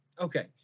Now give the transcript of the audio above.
okay